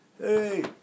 Hey